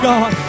God